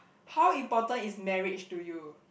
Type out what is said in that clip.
how important is marriage to you